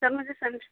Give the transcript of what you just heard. سر مجھے